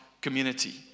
community